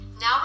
Now